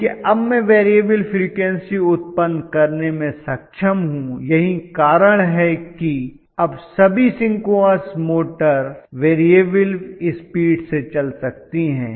क्योंकि अब मैं वेरीअबल फ्रीक्वेंसी उत्पन्न करने में सक्षम हूं यही कारण है कि अब सभी सिंक्रोनस मोटर्स वेरीअबल स्पीड से चल सकती हैं